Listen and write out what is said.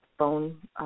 phone